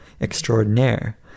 extraordinaire